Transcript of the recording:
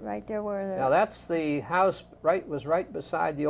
right there where that's the house right was right beside the